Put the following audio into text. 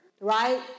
right